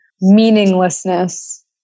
meaninglessness